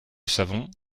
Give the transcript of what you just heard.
savons